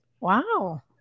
Wow